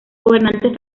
gobernantes